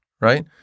Right